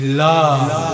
love